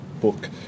book